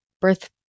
birth